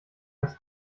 als